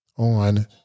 on